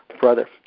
brother